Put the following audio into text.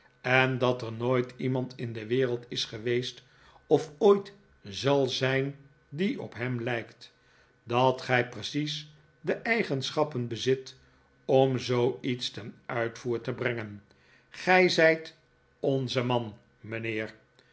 en dat er nooit iemand in de wereld is geweest of ooit zal zijn die op hem lijkt dat gij precies de eigenschappen bezit om zooiets ten uitvoer te brengen gij zijt onze man mijnheer